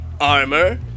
armor